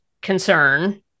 concern